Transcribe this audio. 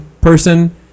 person